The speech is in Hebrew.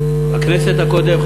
לא,